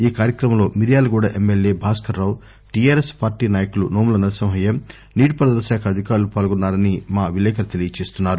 ఈ కార్యక్రమంలో Miryalaguda MLA Bhaskar Rao TRS party నాయకులు నోముల నర్సింహయ్య నీటిపారుదలశాఖ అధికారులు పాల్గొన్నారని మా విలేకరి తెలియజేస్తున్నారు